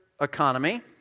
economy